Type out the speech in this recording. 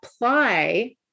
apply